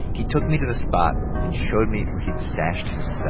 he took me to the spot and showed me where he stashed his stuff